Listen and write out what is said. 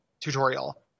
tutorial